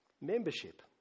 Membership